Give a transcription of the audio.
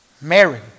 Mary